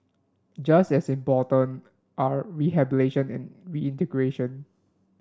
just as important are rehabilitation and reintegration